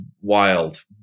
wild